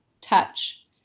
touch